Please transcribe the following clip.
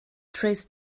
trace